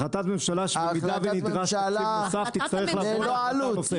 החלטת ממשלה שבמידה ונדרש תקציב נוסף תצטרך לעבור פעם נוספת.